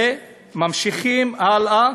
וממשיכים הלאה.